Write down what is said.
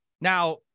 now